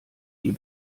die